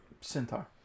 Centaur